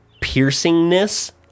piercingness